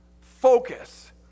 Focus